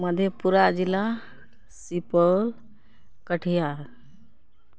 मधेपुरा जिला सुपौल कटिहार